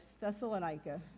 Thessalonica